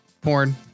porn